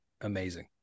Amazing